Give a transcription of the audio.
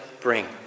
bring